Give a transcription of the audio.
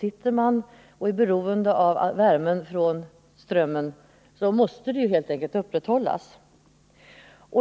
Är man då beroende av värmen från strömmen måste produktionen helt enkelt upprätthållas.